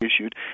issued